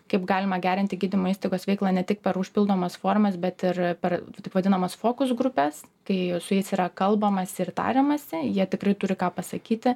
kaip galima gerinti gydymo įstaigos veiklą ne tik per užpildomas formas bet ir per taip vadinamas fokus grupes kai su jais yra kalbamasi ir tariamasi jie tikrai turi ką pasakyti